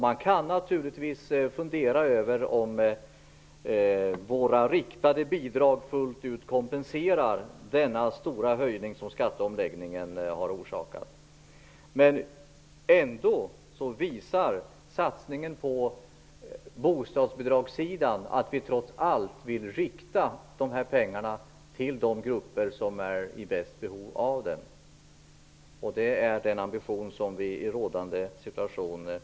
Man kan naturligtvis fundera över om våra riktade bidrag fullt ut utgör kompensation för den stora höjning som skatteomläggningen har orsakat. Ändå visar satsningen på bostadsbidragssidan att vi trots allt vill rikta de här pengarna till de grupper som har största behovet av dem. Det är den ambition som vi i rådande situation kan ha.